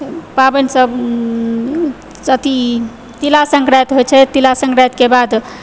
पाबनि सब अथी तिला संन्क्रान्ति होइ छै तिला संन्क्रान्ति